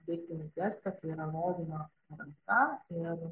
deiktinį gestą tai yra rodymą ranka ir